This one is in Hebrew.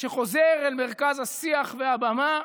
שחוזר אל מרכז השיח והבמה.